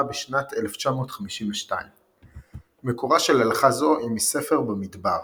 בשנת 1952. מקורה של הלכה זו היא מספר במדבר